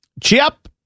chip